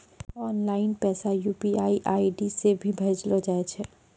online पैसा UPI ID से भी भेजलो जाय छै